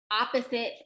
opposite